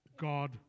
God